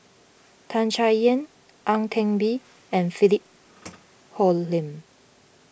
Tan Chay Yan Ang Teck Bee and Philip Hoalim